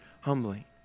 humbly